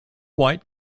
white